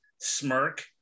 smirk